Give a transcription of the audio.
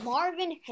Marvin